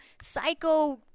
psycho